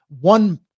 one